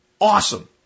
Awesome